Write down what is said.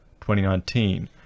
2019